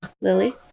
Lily